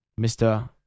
Mr